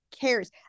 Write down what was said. cares